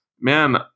man